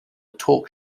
talk